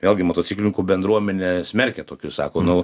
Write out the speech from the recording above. vėlgi motociklininkų bendruomenė smerkia tokius sako nu